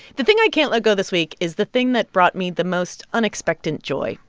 the thing i can't let go this week is the thing that brought me the most unexpected joy,